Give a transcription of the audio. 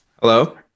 Hello